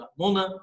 mona